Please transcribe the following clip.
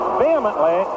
vehemently